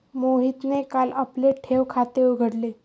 मोहितने काल आपले ठेव खाते उघडले